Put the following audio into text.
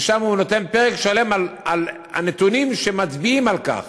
ושם הוא נותן פרק שלם על הנתונים שמצביעים על כך